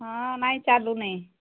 ହଁ ନାଇଁ ଚାଲୁ ନାଇଁ